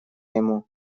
ему